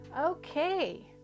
okay